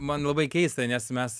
man labai keista nes mes